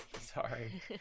Sorry